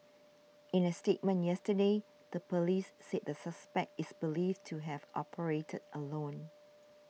in a statement yesterday the police said the suspect is believed to have operated alone